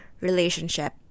relationship